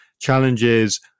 challenges